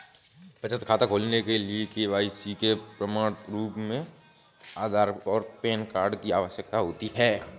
बचत खाता खोलने के लिए के.वाई.सी के प्रमाण के रूप में आधार और पैन कार्ड की आवश्यकता होती है